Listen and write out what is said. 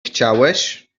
chciałeś